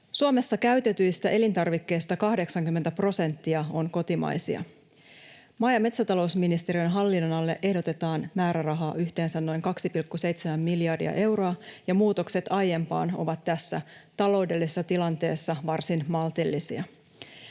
Suomessa käytetyistä elintarvikkeista 80 prosenttia on kotimaisia. Maa- ja metsätalousministeriön hallinnonalalle ehdotetaan määrärahaa yhteensä noin 2,7 miljardia euroa, ja muutokset aiempaan ovat tässä taloudellisessa tilanteessa varsin maltillisia.